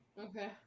Okay